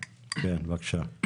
בבקשה.